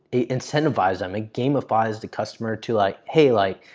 it incentivized them. it gamifies the customer to like hey, like,